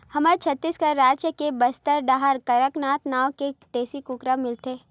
हमर छत्तीसगढ़ राज के बस्तर डाहर कड़कनाथ नाँव के देसी कुकरा मिलथे